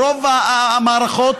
ברוב המערכות,